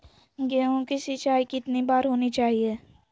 गेहु की सिंचाई कितनी बार होनी चाहिए?